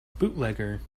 bootlegger